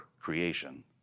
creation